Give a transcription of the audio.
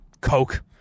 coke